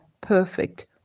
perfect